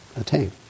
attain